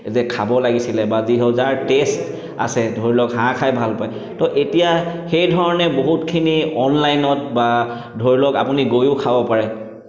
যে খাব লাগিছিলে বা যি হওক যাৰ টে'ষ্ট আছে ধৰি লওক হাঁহ খাই ভাল পায় তো এতিয়া সেই ধৰণে বহুতখিনি অনলাইনত বা ধৰি লওক আপুনি গৈয়ো খাব পাৰে